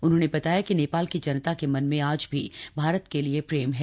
उन्होंने बताया कि नेपाल की जनता के मन मे आज भी भारत के लिए प्रेम है